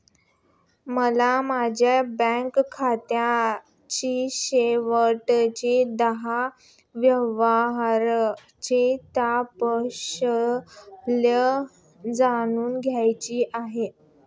मला माझ्या बँक खात्याच्या शेवटच्या दहा व्यवहारांचा तपशील जाणून घ्यायचा आहे